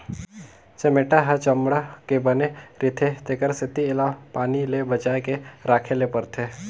चमेटा ह चमड़ा के बने रिथे तेखर सेती एला पानी ले बचाए के राखे ले परथे